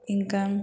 ఇంకా